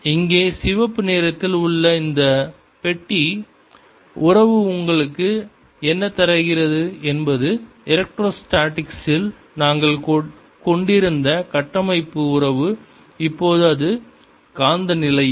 இங்கே சிவப்பு நிறத்தில் உள்ள இந்த பெட்டி உறவு உங்களுக்கு என்ன தருகிறது என்பது எலக்ட்ரோஸ்டேட்டிக்ஸில் நாங்கள் கொண்டிருந்த கட்டமைப்பு உறவு இப்போது அது காந்தநிலையியல்